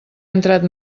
entrat